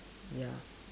ya